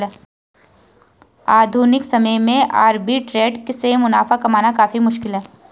आधुनिक समय में आर्बिट्रेट से मुनाफा कमाना काफी मुश्किल है